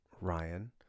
Ryan